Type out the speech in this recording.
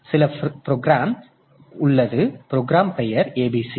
சில ப்ரோக்ராம் உள்ளது ப்ரோக்ராம் பெயர் abc